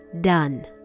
done